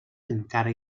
encara